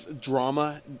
drama